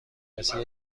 کسی